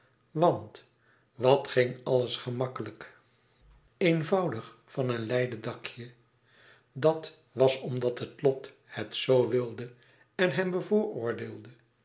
want wat ging alles gemakkelijk eenvoudig van een leien dakje dat was omdat het lot het zoo wilde en hem